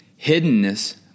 hiddenness